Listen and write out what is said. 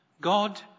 God